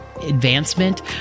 advancement